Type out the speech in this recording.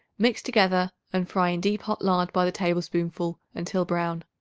mix together and fry in deep hot lard by the tablespoonful until brown.